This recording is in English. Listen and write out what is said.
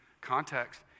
context